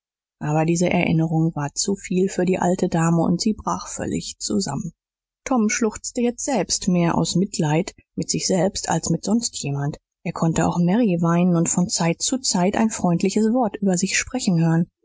aber diese erinnerung war zu viel für die alte dame und sie brach völlig zusammen tom schluchzte jetzt selbst mehr aus mitleid mit sich selbst als mit sonst jemand er konnte auch mary weinen und von zeit zu zeit ein freundliches wort über sich sprechen hören